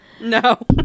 no